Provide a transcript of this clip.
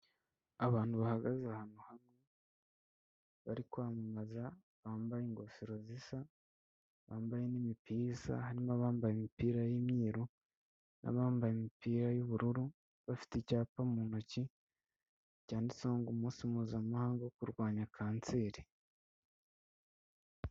Abantu bahagaze ahantu hamwe bari kwamamaza bambaye ingofero zisa, bambaye n'imipira isa harimo abambaye imipira y'imyeru n'abambaye imipira y'ubururu, bafite icyapa mu ntoki cyanditseho ngo umunsi mpuzamahanga wo kurwanya kanseri.